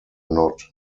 not